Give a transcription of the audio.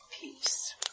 peace